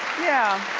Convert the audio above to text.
yeah,